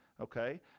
okay